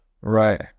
Right